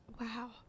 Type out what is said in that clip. wow